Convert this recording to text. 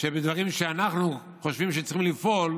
שבדברים שאנחנו חושבים שצריכים לפעול,